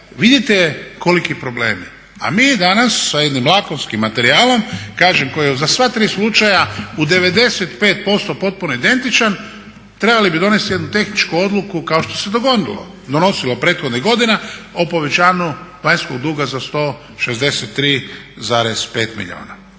vidite koliki problemi a mi danas sa jednim lakonskim materijalom kažem koji je za sva tri slučaja u 95% potpuno identičan treba li bi donijeti jednu tehničku odluku kao što se je donosilo prethodnih godina o povećanju vanjskog duga za 163,5 milijana.